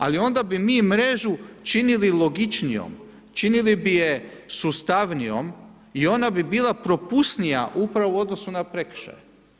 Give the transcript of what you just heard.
Ali onda bi mi mrežu činili logičnijom, činili bi je sustavnijom i ona bi bila propusnija upravo u odnosu na prekršaje.